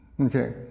Okay